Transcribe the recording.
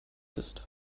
ist